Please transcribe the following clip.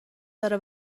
داره